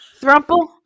Thrumple